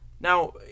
Now